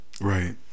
Right